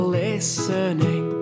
listening